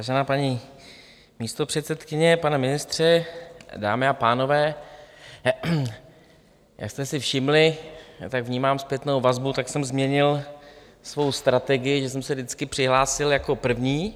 Vážená paní místopředsedkyně, pane ministře, dámy a pánové, jak jste si všimli, tak vnímám zpětnou vazbu, tak jsem změnil svou strategii, že jsem se vždycky přihlásil jako první.